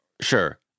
Sure